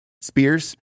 Spears